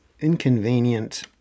inconvenient